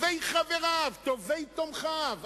טובי תומכיו,